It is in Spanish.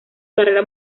carrera